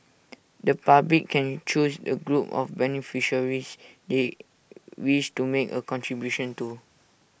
the public can choose the group of beneficiaries they wish to make A contribution to